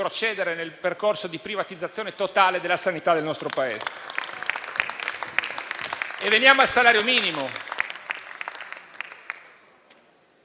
procedere nel percorso di privatizzazione totale della sanità del nostro Paese.